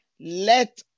Let